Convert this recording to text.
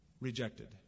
rejected